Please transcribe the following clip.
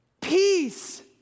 peace